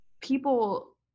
people